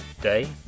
Day